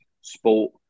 sport